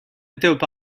étaient